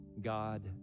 god